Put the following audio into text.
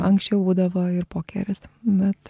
anksčiau būdavo ir pokeris bet